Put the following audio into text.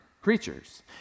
creatures